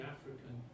African